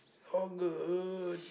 all good